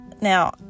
Now